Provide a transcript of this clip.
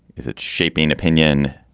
is it shaping opinion?